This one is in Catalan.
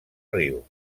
riu